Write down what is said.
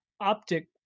optic